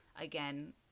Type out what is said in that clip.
again